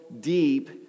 deep